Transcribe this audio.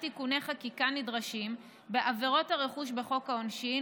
תיקוני חקיקה נדרשים בעבירות הרכוש בחוק העונשין,